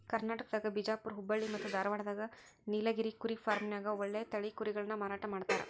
ಕರ್ನಾಟಕದಾಗ ಬಿಜಾಪುರ್ ಹುಬ್ಬಳ್ಳಿ ಮತ್ತ್ ಧಾರಾವಾಡದಾಗ ನೇಲಗಿರಿ ಕುರಿ ಫಾರ್ಮ್ನ್ಯಾಗ ಒಳ್ಳೆ ತಳಿ ಕುರಿಗಳನ್ನ ಮಾರಾಟ ಮಾಡ್ತಾರ